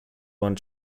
one